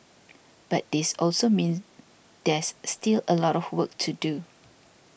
but this also means there's still a lot of work to do